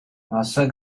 მასზე